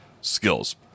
skills